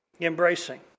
embracing